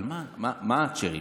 אבל מה ה-cherry picking?